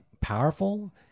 powerful